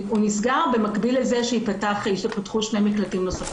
הוא נסגר במקביל לזה שייפתחו שני מקלטים נוספים.